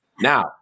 Now